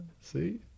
see